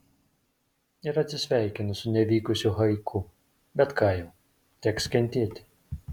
ir atsisveikinu su nevykusiu haiku bet ką jau teks kentėti